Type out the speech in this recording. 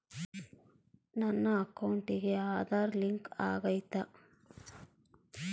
ನನ್ನ ಅಕೌಂಟಿಗೆ ಆಧಾರ್ ಲಿಂಕ್ ಆಗೈತಾ?